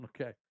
Okay